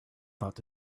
thought